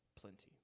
plenty